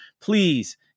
please